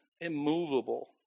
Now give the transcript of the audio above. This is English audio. immovable